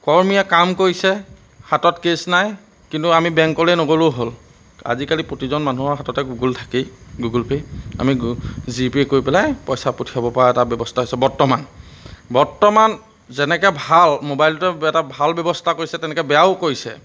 কৰ্মীয়ে কাম কৰিছে হাতত কেছ নাই কিন্তু আমি বেংকলৈ নগ'লেও হ'ল আজিকালি প্ৰতিজন মানুহৰ হাততে গুগল থাকেই গুগুল পে' আমি গ জি পে' কৰি পেলাই পইচা পঠিয়াব পৰা এটা ব্যৱস্থা হৈছে বৰ্তমান বৰ্তমান যেনেকৈ ভাল মোবাইলতে এটা ভাল ব্যৱস্থা কৰিছে তেনেকৈ বেয়াও কৰিছে